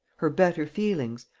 her better feelings,